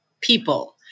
people